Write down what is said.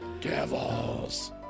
Devils